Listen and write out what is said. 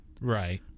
Right